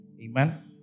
Amen